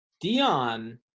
Dion